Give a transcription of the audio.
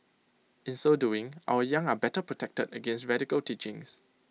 in so doing our young are better protected against radical teachings